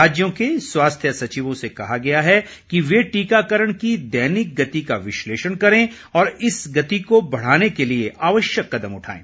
राज्यों के स्वास्थ्य सचिवों से कहा गया है कि ये टीकाकरण की दैनिक गति का विश्लेषण करें और इस गति को बढ़ाने के लिए जरूरी कदम उठाएं